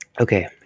Okay